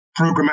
programmatic